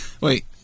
Wait